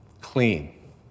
clean